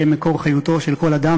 שהם מקור חיותו של כל אדם,